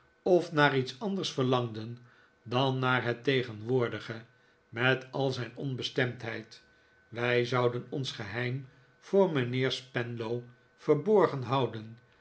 of naar iets anders verlangden dan naar het tegenwoordige met al zijn onbestemdheid wij zouden ons geheim voor mijnheer spenlow verborgen houden